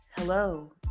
Hello